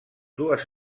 dues